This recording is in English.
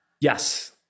Yes